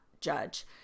judge